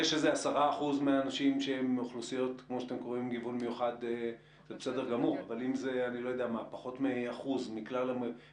ויחידות הסמך שלא נמצאים תחת הפיקוח שלנו אלא תחת האכיפה של